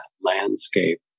landscape